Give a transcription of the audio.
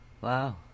Wow